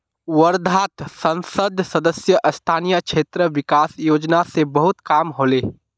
वर्धात संसद सदस्य स्थानीय क्षेत्र विकास योजना स बहुत काम ह ले